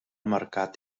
mercat